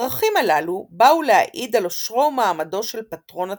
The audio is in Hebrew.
הפרחים הללו באו להעיד על עושרו ומעמדו של פטרון הצייר.